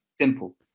simple